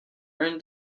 earned